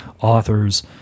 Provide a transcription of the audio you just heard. authors